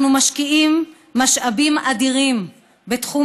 אנחנו משקיעים משאבים אדירים בתחום